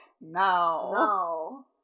No